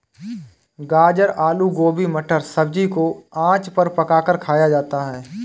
गाजर आलू गोभी मटर सब्जी को आँच पर पकाकर खाया जाता है